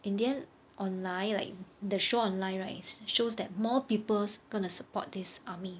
in the end online right the show online right s~ shows that more people is going to support this army